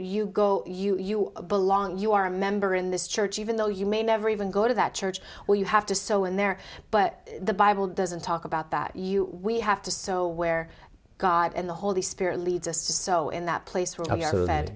you go you you belong you are a member in this church even though you may never even go to that church where you have to so and there but the bible doesn't talk about that you we have to so where god and the holy spirit leads us to so in that place w